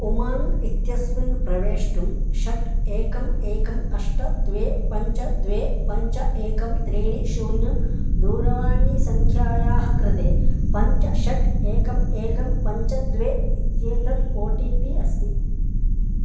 उमाङ्ग् इत्यस्मिन् प्रवेष्टुं षट् एकम् एकम् अष्ट द्वे पञ्च द्वे पञ्च एकं त्रीणि शून्यं दूरवाणीसङ्ख्यायाः कृते पञ्च षट् एकम् एकं पञ्च द्वे इत्येतत् ओ टि पि अस्ति